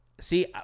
See